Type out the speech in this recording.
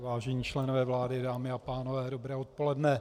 Vážení členové vlády, dámy a pánové, dobré odpoledne.